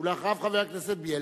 אחריו, חבר הכנסת בילסקי.